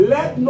Let